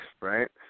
Right